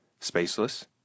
spaceless